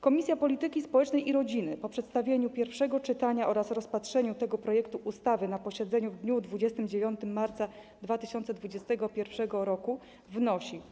Komisja Polityki Społecznej i Rodziny po przedstawieniu pierwszego czytania oraz rozpatrzeniu tego projektu ustawy na posiedzeniu w dniu 29 marca 2021 r. wnosi: